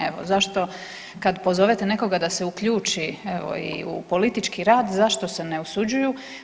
Evo, zašto, kad pozovete nekoga da se uključi, evo i u politički rad, zašto se ne usuđuju?